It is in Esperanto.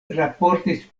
raportis